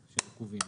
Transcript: אני מתנצל,